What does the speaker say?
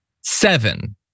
Seven